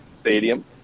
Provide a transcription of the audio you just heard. Stadium